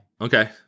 Okay